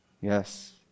yes